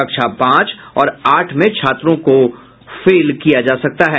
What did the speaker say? कक्षा पांच और आठ में छात्रों को फेल किया जा सकता है